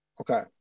Okay